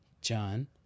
John